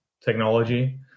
technology